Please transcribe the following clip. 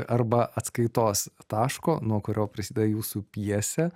arba atskaitos taško nuo kurio prasideda jūsų pjesė